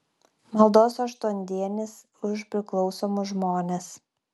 maldos aštuondienis už priklausomus žmones